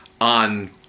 on